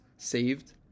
saved